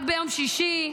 רק ביום שישי,